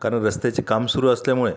कारण रस्त्याचे काम सुरु असल्यामुळे